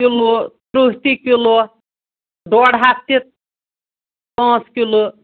kilo تٕرٛہ تہِ kilo ڈۄڈ ہَتھ تہِ پانٛژھ کِلوٗ